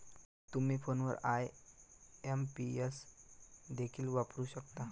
तुम्ही फोनवर आई.एम.पी.एस देखील वापरू शकता